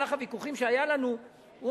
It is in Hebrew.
במהלך הוויכוחים שהיו לנו: